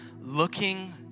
Looking